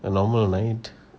normal right